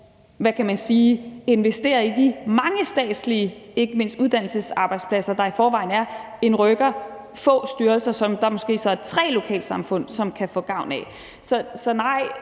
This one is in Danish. landet, at vi investerer i de mange statslige arbejdspladser, ikke mindst uddannelsesarbejdspladser, der i forvejen er, end at vi rykker få styrelser, som der så måske er tre lokalsamfund der kan få gavn af. Så nej,